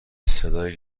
صدای